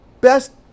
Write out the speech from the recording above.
best